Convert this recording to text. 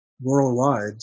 worldwide